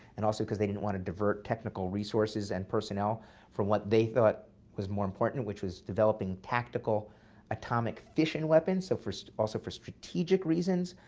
and also because they didn't want to divert technical resources and personnel for what they thought was more important, which was developing tactical atomic fission weapons. so so also for strategic reasons,